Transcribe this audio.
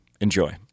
Enjoy